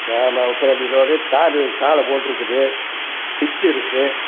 ஆமாம் முப்பதடி ரோடு தாரு சாலை போட்டிருக்குது டிச்சிருக்குது